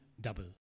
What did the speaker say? double